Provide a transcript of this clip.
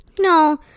No